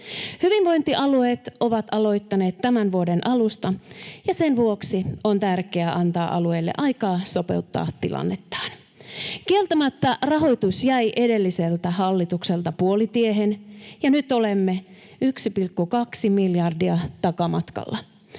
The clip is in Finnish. Hyvinvointialueet ovat aloittaneet tämän vuoden alusta, ja sen vuoksi on tärkeää antaa alueille aikaa sopeuttaa tilannettaan. Kieltämättä rahoitus jäi edelliseltä hallitukselta puolitiehen, ja nyt olemme 1,2 miljardia takamatkalla.